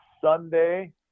Sunday